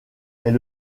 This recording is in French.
est